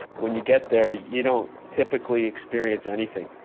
when you get there, you don't typically experience anything.